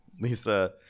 Lisa